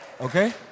Okay